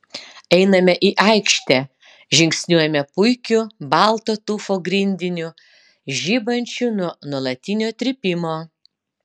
einame į aikštę žingsniuojame puikiu balto tufo grindiniu žibančiu nuo nuolatinio trypimo